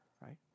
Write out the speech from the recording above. right